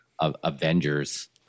Avengers